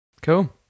Cool